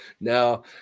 Now